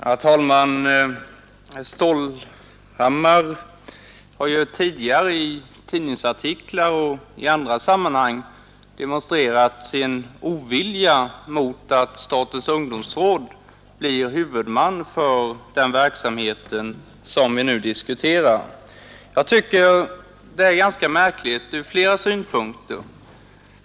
Herr talman! Herr Stålhammar har ju tidigare i tidningsartiklar och i andra sammanhang demonstrerat sin ovilja mot att statens ungdomsråd blir huvudman för den verksamhet som vi nu diskuterar. Jag tycker att det är ganska märkligt ur flera synpunkter.